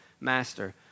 master